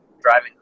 driving